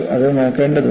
അത് നോക്കേണ്ടതുണ്ട്